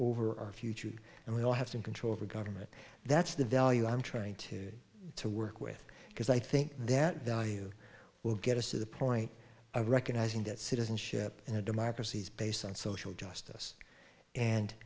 over our future and we all have some control over government that's the value i'm trying to get to work with because i think that value will get us to the point of recognizing that citizenship in a democracy is based on social justice and